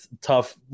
tough